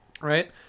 Right